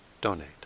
donate